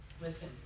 listen